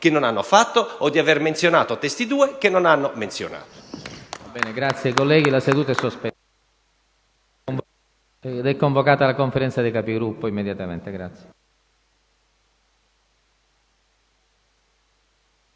che non hanno fatto o di aver menzionato testi 2 che non hanno menzionato*.